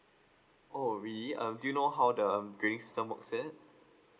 oh really um do you know how the um grading system works at